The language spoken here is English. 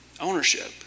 ownership